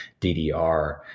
DDR